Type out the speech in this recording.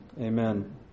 Amen